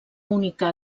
única